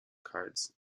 cards